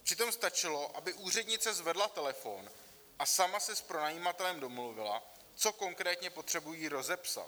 Přitom stačilo, aby úřednice zvedla telefon a sama se s pronajímatelem domluvila, co konkrétně potřebují rozepsat.